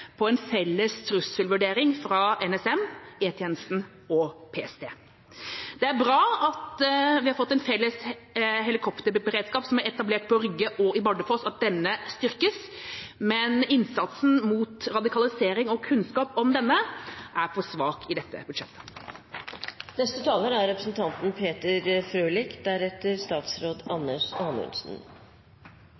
på en felles trusselvurdering fra NSM, E-tjenesten og PST. Det er bra at vi har fått en felles helikopterberedskap, som er etablert på Rygge og i Bardufoss, og at denne styrkes, men innsatsen mot radikalisering og for kunnskap om denne er for svak i dette budsjettet.